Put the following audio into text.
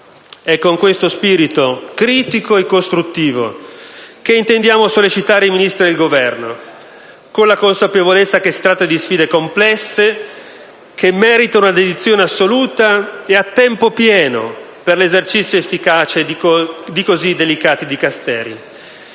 È con questo spirito critico e costruttivo che intendiamo sollecitare i Ministri e il Governo, con la consapevolezza che si tratta di sfide complesse che meritano una dedizione assoluta e a tempo pieno per l'esercizio efficace di così delicati Dicasteri.